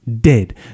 dead